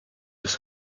his